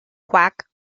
quack